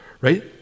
right